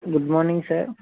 good morning sir